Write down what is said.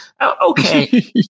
okay